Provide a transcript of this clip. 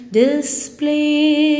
display